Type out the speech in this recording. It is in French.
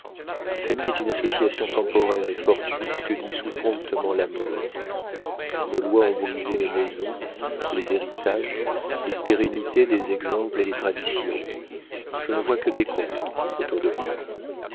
la famille est une association temporaire et fortuite que dissout promptement la mort nos lois ont brisé les maisons les héritages la pérennité des exemples et des traditions je ne vois que décombres autour de moi